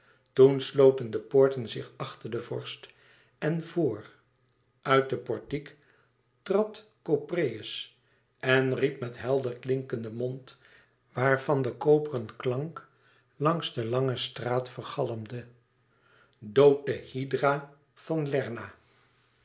sloten de poorten zich achter den vorst en vor uit de portiek trad kopreus en riep met helder klinkenden mond waarvan de koperen klank langs de lange straat vergalmde dood de hydra van lerna